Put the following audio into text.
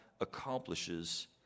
accomplishes